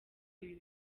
ibi